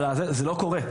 זה לא קורה.